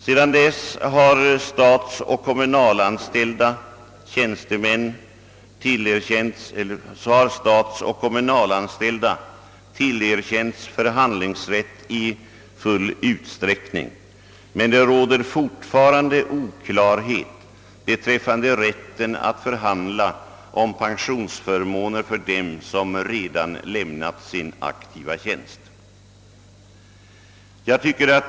Sedan dess har statsoch kommunalanställda tillerkänts förhandlingsrätt i full utsträckning, men det råder fortfarande oklarhet beträffande rätten att förhandla om pensionsförmåner för dem som redan lämnat sin aktiva tjänst.